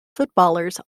footballers